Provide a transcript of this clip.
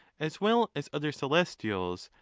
as well as other celestials,